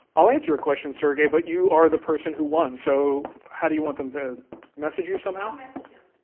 i'll answer your question, sergey, but you are the person who won. so how do you want them to message you some how? i'll message him.